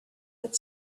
had